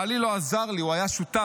בעלי לא עזר לי, הוא היה שותף.